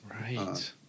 Right